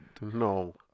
No